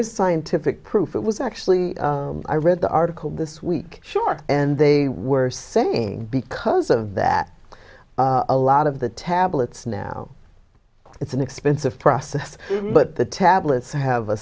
is scientific proof it was actually i read the article this week sure and they were saying because of that a lot of the tablets now it's an expensive process but the tablets have